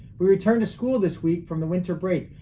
we returned to school this week from the winter break,